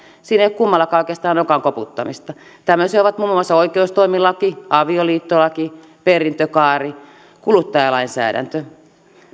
siinä ei ole kummallakaan oikeastaan nokan koputtamista tämmöisiä ovat muun muassa oikeustoimilaki avioliittolaki perintökaari ja kuluttajalainsäädäntö